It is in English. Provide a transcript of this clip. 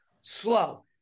slow